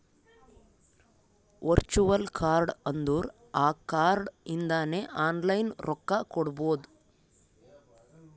virtual card ಅಂದುರ್ ಆ card ಇಂದಾನೆ ಆನ್ಲೈನ್ ರೊಕ್ಕಾ ಕೊಡ್ಬೋದು